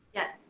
yes.